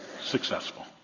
successful